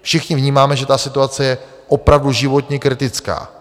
Všichni vnímáme, že situace je opravdu životně kritická.